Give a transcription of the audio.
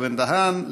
בן-דהן,